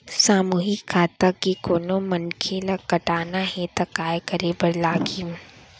सामूहिक खाता के कोनो मनखे ला हटाना हे ता काय करे बर लागही?